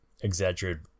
exaggerated